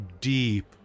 deep